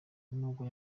nubwo